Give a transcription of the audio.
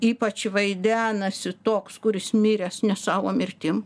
ypač vaidenasi toks kuris miręs ne savo mirtim